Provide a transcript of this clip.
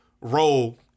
role